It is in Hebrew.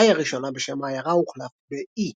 ה-i הראשונה בשם העיירה הוחלפה ב-e,